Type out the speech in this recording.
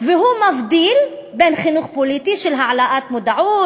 והוא מבדיל בין חינוך פוליטי של העלאת מודעות",